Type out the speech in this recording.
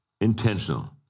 intentional